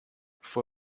for